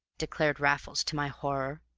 declared raffles, to my horror.